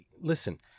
listen